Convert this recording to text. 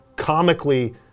comically